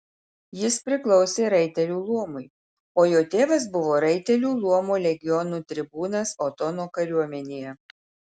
jis priklausė raitelių luomui o jo tėvas buvo raitelių luomo legionų tribūnas otono kariuomenėje